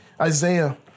Isaiah